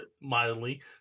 mildly